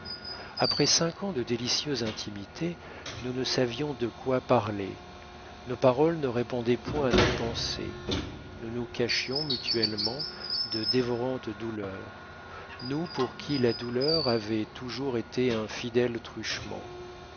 après cinq ans de délicieuse intimité nous ne savions de quoi parler nos paroles ne répondaient point à nos pensées nous nous cachions mutuellement de dévorantes douleurs nous pour qui la douleur avait toujours été un fidèle